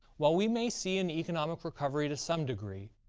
while we may see an economic recovery to some degree,